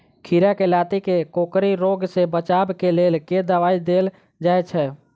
खीरा केँ लाती केँ कोकरी रोग सऽ बचाब केँ लेल केँ दवाई देल जाय छैय?